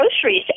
groceries